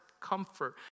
comfort